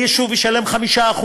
יישוב ישלם 5%,